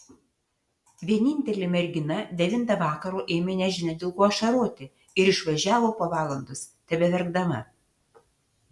vienintelė mergina devintą vakaro ėmė nežinia dėl ko ašaroti ir išvažiavo po valandos tebeverkdama